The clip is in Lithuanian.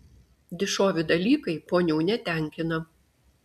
dišovi dalykai ponių netenkina